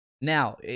Now